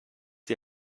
die